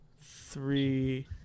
three